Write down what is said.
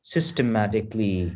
Systematically